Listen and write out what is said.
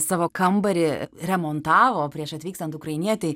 savo kambarį remontavo prieš atvykstant ukrainietei